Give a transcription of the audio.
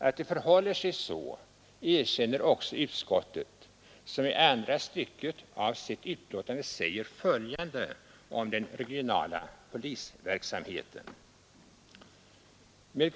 Att det förhåller sig så erkänner också utskottet, som i andra stycket av sitt betänkande säger följande om den regionala polisverksamheten: ”Kungl.